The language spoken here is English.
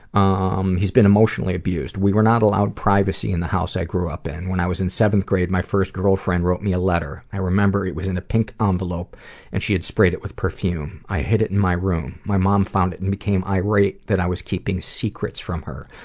um he's been emotionally um abusedtumbler we were not allowed privacy in the house i grew up in. when i was in seventh grade, my first girlfriend wrote me a letter. i remember it was in a pink ah envelope and she had sprayed it with perfume. i hid it in my room. my mum um found it and became irate that i was keeping secrets from her.